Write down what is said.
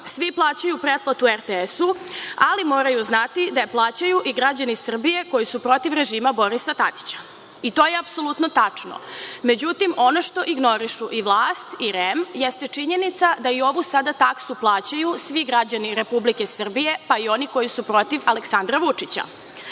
svi plaćaju pretplatu RTS-u, ali moraju znati da je plaćaju i građani Srbije koji su protiv režima Borisa Tadića. To je apsolutno tačno. Međutim, ono što ignorišu i vlast i REM jeste činjenica da i ovu sada taksu plaćaju svi građani Republike Srbije, pa i oni koji su protiv Aleksandra Vučića. Ako